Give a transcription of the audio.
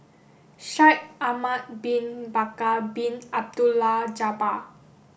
Shaikh Ahmad bin Bakar Bin Abdullah Jabbar